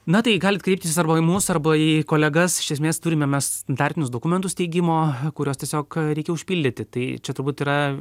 na tai galit kreiptis arba į mus arba į kolegas iš esmės turime mes standartinius dokumentus steigimo kuriuos tiesiog reikia užpildyti tai čia turbūt yra